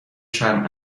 چرم